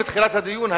בתחילת הדיון,